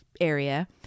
area